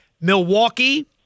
Milwaukee